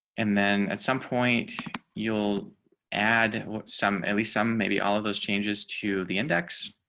and then at some point you'll add some at least some maybe all of those changes to the index.